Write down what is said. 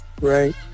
right